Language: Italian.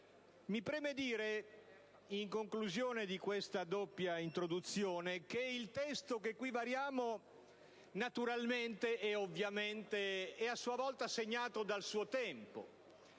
Mi preme dire, in conclusione di questa doppia introduzione, che il testo che ci accingiamo ad approvare è, naturalmente, a sua volta segnato dal suo tempo.